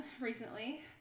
recently